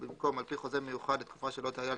ובמקום "על פי חוזה מיוחד לתקופה שלא תעלה על